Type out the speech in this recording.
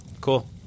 Cool